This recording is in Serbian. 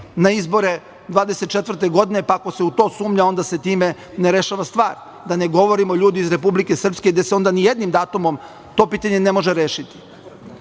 na izbore 2024. godine, pa ako se u to sumnja onda se time ne rešava stvar. Da ne govorimo ljudi iz Republike Srpske gde se onda ni jednim datumom to pitanje ne može rešiti.U